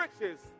riches